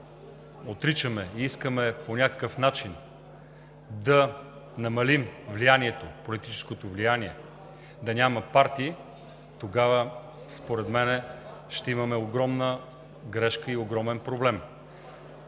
отричаме и искаме по някакъв начин да намалим политическото влияние и да няма партии, тогава според мен ще имаме огромна грешка и огромен проблем.